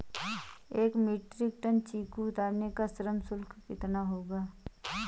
एक metric ton चीकू उतारने का श्रम शुल्क कितना होगा?